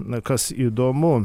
na kas įdomu